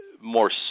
More